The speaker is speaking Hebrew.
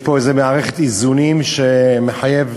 יש פה איזו מערכת איזונים שמחייבת